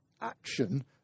action